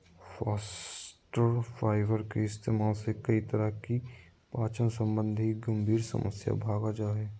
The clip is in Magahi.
फास्इटर फाइबर के इस्तेमाल से कई तरह की पाचन संबंधी गंभीर समस्या भाग जा हइ